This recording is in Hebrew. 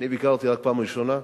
אני ביקרתי בפעם הראשונה.